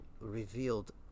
revealed